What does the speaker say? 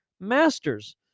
Masters